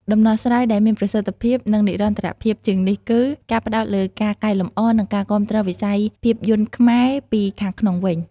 ដំណោះស្រាយដែលមានប្រសិទ្ធភាព និងនិរន្តរភាពជាងនេះគឺ ការផ្តោតលើការកែលម្អ និងការគាំទ្រវិស័យភាពយន្តខ្មែរ ពីខាងក្នុងវិញ។